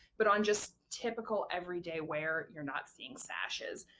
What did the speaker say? but on just typical everyday wear you're not seeing sashes.